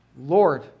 Lord